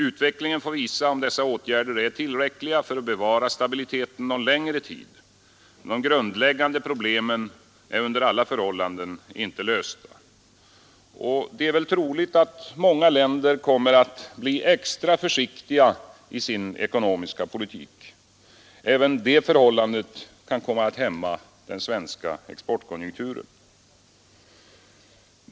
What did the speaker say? Utvecklingen får visa om dessa åtgärder är tillräckliga för att bevara stabiliteten någon längre tid. De grundläggande problemen är under alla förhållanden inte lösta. Det är väl troligt att många länder kommer att bli extra försiktiga i sin ekonomiska politik. Även det förhållandet kan komma att hämma den svenska exportkonjunkturen.